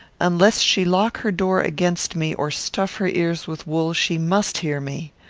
unless she lock her door against me, or stuff her ears with wool, she must hear me.